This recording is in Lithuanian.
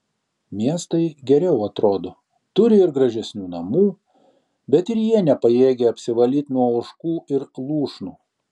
miestai geriau atrodo turi ir gražesnių namų bet ir jie nepajėgia apsivalyti nuo ožkų ir lūšnų